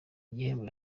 igihembo